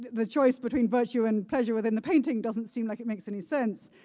the choice between virtue and pleasure within the painting doesn't seem like it makes any sense.